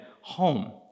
home